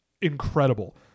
incredible